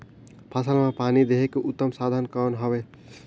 फसल मां पानी देहे के उत्तम साधन कौन हवे?